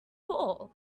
hall